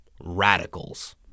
Radicals